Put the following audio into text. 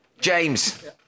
James